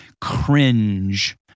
cringe